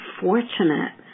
fortunate